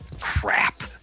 crap